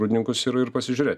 rūdninkus ir ir pasižiūrėt